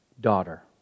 Daughter